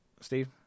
Steve